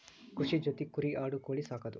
ಕೃಷಿ ಜೊತಿ ಕುರಿ ಆಡು ಕೋಳಿ ಸಾಕುದು